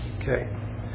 Okay